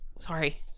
sorry